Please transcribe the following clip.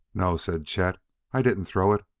no, said chet i didn't throw it.